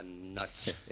nuts